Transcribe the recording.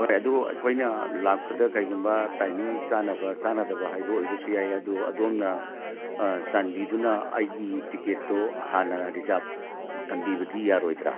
ꯍꯣꯏ ꯑꯗꯨ ꯑꯩꯈꯣꯏꯅ ꯂꯥꯛꯄꯗ ꯀꯔꯤꯒꯨꯝꯕ ꯇꯥꯏꯃꯤꯡ ꯆꯥꯟꯅꯕ ꯆꯥꯟꯅꯗꯕ ꯍꯥꯏꯕꯁꯨ ꯑꯣꯏꯕ ꯌꯥꯏ ꯑꯗꯨ ꯑꯗꯣꯝꯅ ꯆꯥꯟꯕꯤꯗꯨꯅ ꯑꯩꯒꯤ ꯇꯤꯀꯦꯠꯇꯨ ꯍꯥꯟꯅ ꯔꯤꯖꯥꯕ ꯊꯝꯕꯤꯕꯗꯤ ꯌꯥꯔꯣꯏꯗ꯭ꯔꯥ